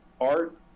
art